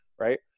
right